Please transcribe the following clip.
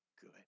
good